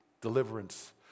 deliverance